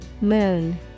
Moon